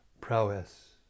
prowess